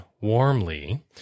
Warmly